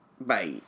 Bye